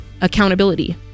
accountability